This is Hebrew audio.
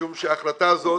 ההחלטה הזאת